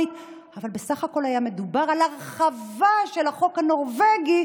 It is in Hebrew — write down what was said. אבל בסך הכול היה מדובר על הרחבה של החוק הנורבגי